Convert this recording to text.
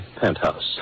penthouse